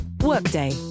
Workday